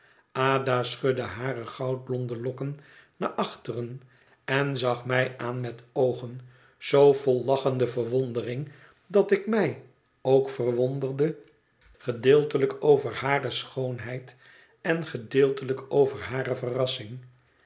ada schudde hare goudblonde lokken naar achteren en zag mij aan met oogen zoo vol lachende verwondering dat ik mij ook verwonderde gedeeltelijk over hare schoonheid en gedeeltelijk over hare verrassing